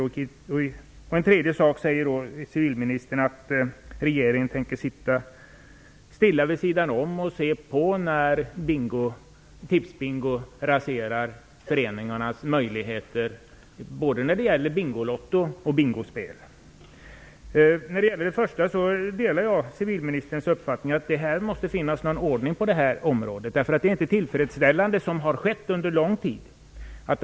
Som det tredje säger civilministern att regeringen tänker sitta stilla vid sidan om och se på när Tipsbingo raserar föreningarnas möjligheter både när det gäller Bingolotto och Bingospel. När det gäller det första delar jag civilministerns uppfattning att det måste finnas någon ordning på detta område. Det som har skett under lång tid är inte tillfredsställande.